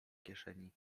kieszeni